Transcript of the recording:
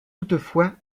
toutefois